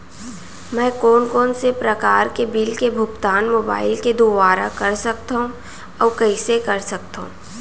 मैं कोन कोन से प्रकार के बिल के भुगतान मोबाईल के दुवारा कर सकथव अऊ कइसे कर सकथव?